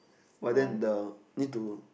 oh I then the need to